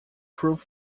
through